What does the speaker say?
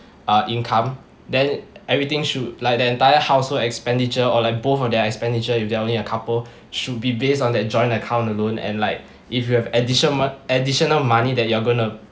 uh income then everything should like that entire household expenditure or like both of their expenditure if they're only a couple should be based on their joint account alone and like if you have addition mon~ additional money that you're gonna